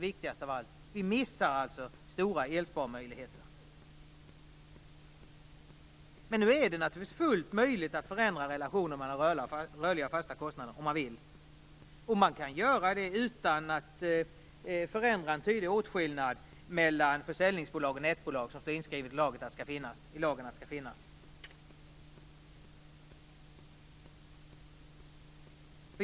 Viktigast av allt är i det sammanhanget att stora elsparmöjligheter går förlorade. Det är naturligtvis fullt möjligt att förändra relationen mellan rörliga och fasta kostnader, om man så vill. Det kan göras utan att man förändrar den tydliga åtskillnad mellan försäljningsbolag och nätbolag som enligt lagen skall finnas.